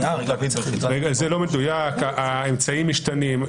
האמצעים משתנים,